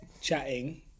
chatting